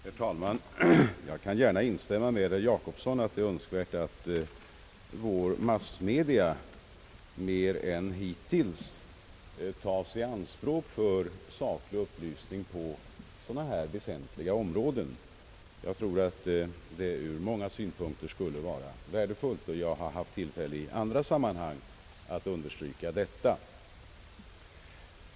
Herr talman! Jag instämmer gärna med herr Jacobsson i att det är önskvärt att våra massmedia mer än hittills ägnar sig åt en saklig upplysning på sådana här väsentliga områden. Detta skulle ur många synpunkter vara värdefullt, vilket jag också haft tillfälle att i andra sammanhang understryka.